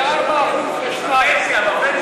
מ-4% ל-2%.